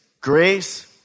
Grace